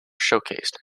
showcased